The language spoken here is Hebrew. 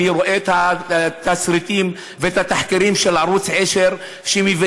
אני רואה את התסריטים ואת התחקירים של ערוץ 10 שמביישים